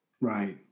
Right